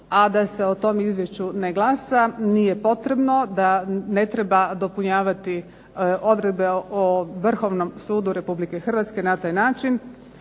a da se o tom izvješću ne glasa, nije potrebno da ne treba dopunjavati odredbe o Vrhovnom sudu Republike Hrvatske na taj način.